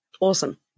Awesome